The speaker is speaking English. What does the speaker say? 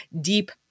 deep